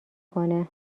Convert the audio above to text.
کنه